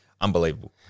unbelievable